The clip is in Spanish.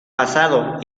pasado